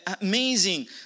amazing